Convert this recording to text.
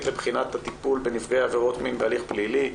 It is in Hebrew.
לבחינת הטיפול בנפגעי עבירות מין בהליך פלילי.